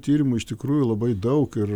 tyrimų iš tikrųjų labai daug ir